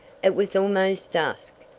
it was almost dusk.